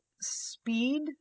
speed